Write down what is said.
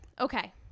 Okay